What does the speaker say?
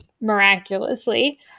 miraculously